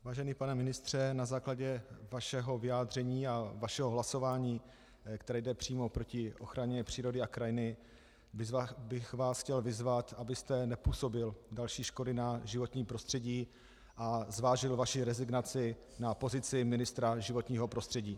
Vážený pane ministře, na základě vašeho vyjádření a vašeho hlasování, které jde přímo proti ochraně přírody a krajiny, bych vás chtěl vyzvat, abyste nepůsobil další škody na životním prostředí a zvážil svoji rezignaci na pozici ministra životního prostředí.